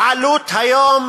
העלות, היום,